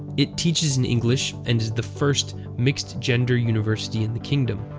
it teaches in english and is the first mixed-gender university in the kingdom.